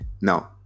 no